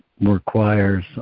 Requires